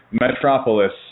Metropolis